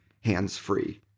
hands-free